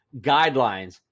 guidelines